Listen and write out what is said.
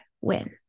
win